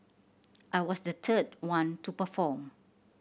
I was the third one to perform